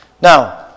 Now